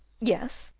yes,